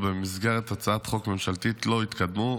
במסגרת הצעת חוק ממשלתית לא התקדמו.